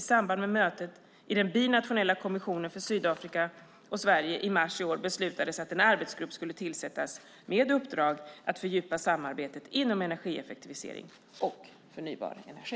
I samband med mötet i den binationella kommissionen för Sydafrika och Sverige i mars i år beslutades att en arbetsgrupp skulle tillsättas med uppdrag att fördjupa samarbetet inom energieffektivisering och förnybar energi.